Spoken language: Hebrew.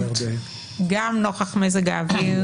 גם נוכח מזג האוויר,